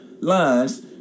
lines